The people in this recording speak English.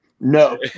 No